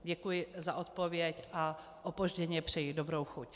Děkuji za odpověď a opožděně přeji dobrou chuť.